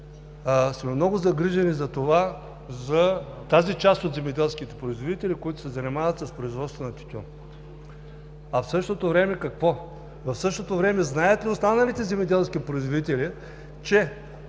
сме много загрижени за това, за тази част от земеделските производители, които се занимават с производство на тютюн. А в същото време, какво? В същото време, знаят ли останалите земеделски производители, че